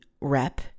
rep